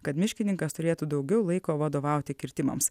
kad miškininkas turėtų daugiau laiko vadovauti kirtimams